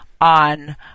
on